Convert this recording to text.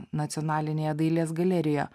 nacionalinėje dailės galerijoje